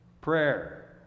Prayer